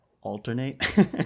alternate